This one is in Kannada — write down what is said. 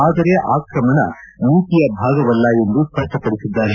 ಆದರೆ ಆಕ್ರಮಣ ನೀತಿಯ ಭಾಗವಲ್ಲ ಎಂದು ಸ್ಪಷ್ಟಪಡಿಸಿದ್ದಾರೆ